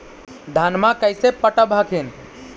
धन्मा कैसे पटब हखिन?